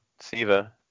SIVA